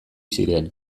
ziren